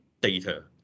data